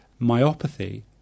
Myopathy